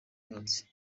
imyotsi